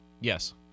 yes